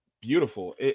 beautiful